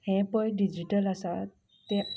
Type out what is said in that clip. हें पळय डिजिटल आसा तें